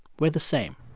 we're the same.